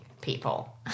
people